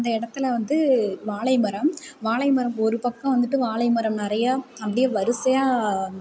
அந்த இடத்துல வந்து வாழைமரம் வாழைமரம் ஒரு பக்கம் வந்துட்டு வாழைமரம் நிறைய அப்படியே வரிசையாக